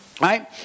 Right